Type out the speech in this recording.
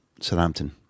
Southampton